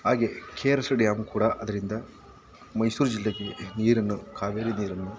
ಹಾಗೆ K R S dam ಕೂಡ ಅದರಿಂದ ಮೈಸೂರು ಜಿಲ್ಲೆಗೆ ನೀರನ್ನು ಕಾವೇರಿ ನೀರನ್ನು